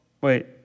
wait